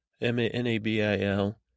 M-A-N-A-B-I-L